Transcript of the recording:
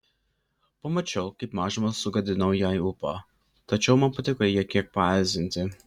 pamačiau kaip mažumą sugadinau jai ūpą tačiau man patiko ją kiek paerzinti